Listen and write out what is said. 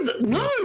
No